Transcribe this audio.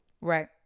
Right